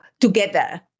together